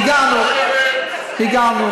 הנה, הגענו.